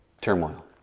turmoil